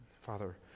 Father